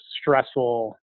stressful